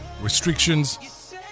restrictions